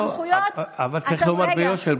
צריך לומר ביושר,